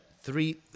three